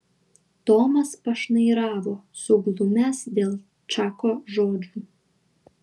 tomas pašnairavo suglumęs dėl čako žodžių